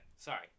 Sorry